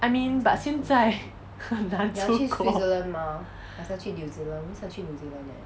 I mean but 现在很难出国